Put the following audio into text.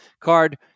card